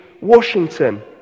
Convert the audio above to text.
Washington